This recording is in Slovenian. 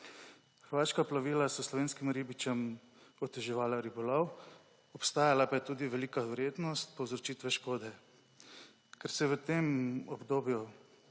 Hrvaška plovila so slovenskim ribičem oteževala ribolov, obstajala pa je tudi velika verjetnost povzročitve škode. Ker se je v tem obdobju